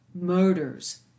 murders